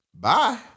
bye